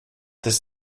this